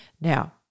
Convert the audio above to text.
Now